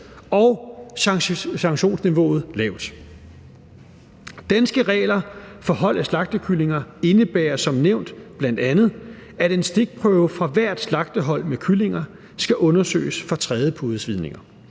og sanktionsniveauet lavt. De danske regler for hold af slagtekyllinger indebærer som nævnt bl.a., at en stikprøve fra hvert slagtehold med kyllinger skal undersøges for trædepudesvidninger.